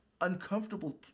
uncomfortable